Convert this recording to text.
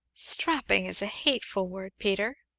strapping is a hateful word, peter!